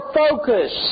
focus